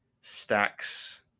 stacks